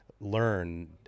learn